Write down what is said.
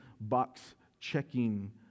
box-checking